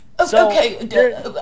Okay